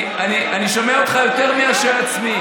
אני שומע אותך יותר מאשר את עצמי.